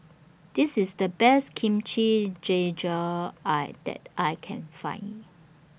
This IS The Best Kimchi Jjigae I that I Can Find